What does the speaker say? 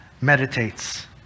meditates